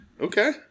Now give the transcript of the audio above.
Okay